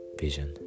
vision